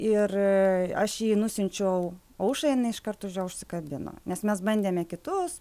ir aš jį nusiunčiau aušrai inai iškart už jo užsikabino nes mes bandėme kitus